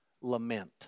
lament